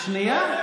שנייה.